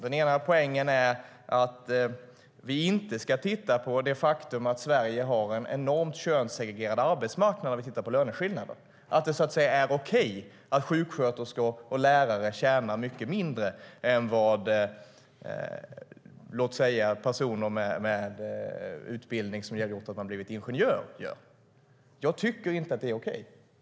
Den ena poängen är att vi inte ska titta på det faktum att Sverige har en enormt könssegregerad arbetsmarknad, om vi tittar på löneskillnaderna, att det så att säga är okej att sjuksköterskor och lärare tjänar mycket mindre än vad låt oss säga personer med utbildning som har gjort att de har blivit ingenjörer gör. Jag tycker inte att det är okej.